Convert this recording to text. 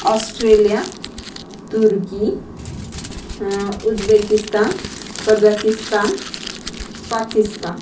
Australia turkey Uzbekistan Kazakhstan Pakistan